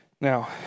Now